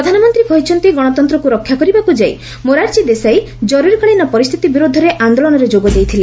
ପ୍ରଧାନମନ୍ତ୍ରୀ କହିଛନ୍ତି ଗଣତନ୍ତ୍ରକୁ ରକ୍ଷାକରିବାକୁ ଯାଇ ମୋରାର୍ଜୀ ଦେଶାଇ କରୁରୀକାଳୀନ ପରିସ୍ଥିତି ବିର୍ବଦ୍ଧରେ ଆନ୍ଦୋଳନରେ ଯୋଗ ଦେଇଥିଲେ